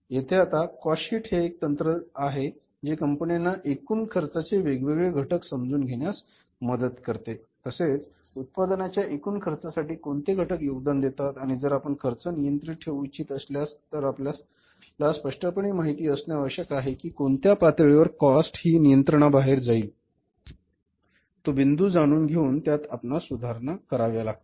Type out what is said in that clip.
येथे आता cost sheet हे एक तंत्र आहे जे कंपन्यांना एकूण खर्चाचे वेगवेगळे घटक समजून घेण्यास मदत करते तसेच उत्पादनाच्या एकूण खर्चासाठी कोणते घटक योगदान देतात आणि जर आपण खर्च नियंत्रित ठेवू इच्छित असाल तर आपल्याला स्पष्टपणे माहित असणे आवश्यक आहे कि कोणत्या पातळीवर कॉस्ट ही नियंत्रणाबाहेर जाईल तो बिंदू जाणून घेऊन त्यात आपणास सुधारणा कराव्या लागतील